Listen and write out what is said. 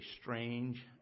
strange